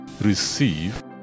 receive